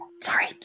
sorry